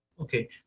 Okay